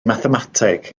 mathemateg